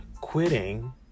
Quitting